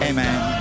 Amen